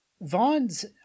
Vaughn's